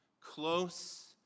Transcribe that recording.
close